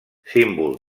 símbol